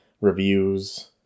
reviews